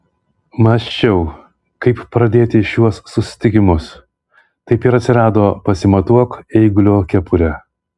mąsčiau kaip pradėti šiuos susitikimus taip ir atsirado pasimatuok eigulio kepurę